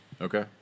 Okay